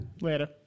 Later